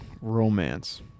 Romance